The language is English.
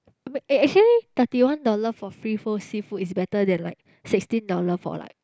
eh actually thirty one dollar for free flow seafood is better than like sixteen dollar for like